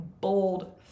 bold